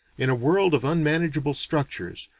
in a world of unmanageable structures,